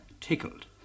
tickled